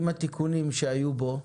עם התיקונים שהיו בו,